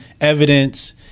evidence